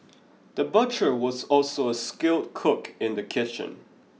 the butcher was also a skilled cook in the kitchen